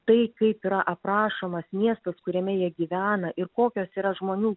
tai kaip yra aprašomas miestas kuriame jie gyvena ir kokios yra žmonių